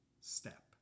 step